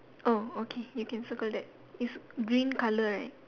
oh okay you can circle that it's green colour right